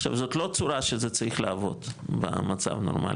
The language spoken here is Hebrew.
עכשיו זה לא צורה שזה צריך לעבוד במצב נורמלי,